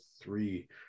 three